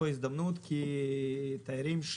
כי תיירים,